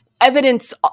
evidence